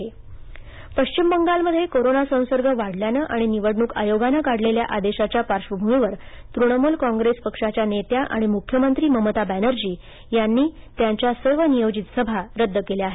तुणमल सभा पब्रिम बंगालमध्ये कोरोना संसर्ग वाढल्यानं आणि निवडणूक आयोगानं काढलेल्या आदेशाच्या पार्श्वभूमीवर तृणमूल कॉंग्रेस पक्षाच्या नेत्या आणि मुख्यमंत्री ममता बॅनर्जी यांनी त्यांच्या सर्व नियोजित सभा रद्द केल्या आहेत